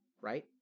right